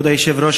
כבוד היושב-ראש,